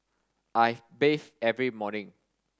I bathe every morning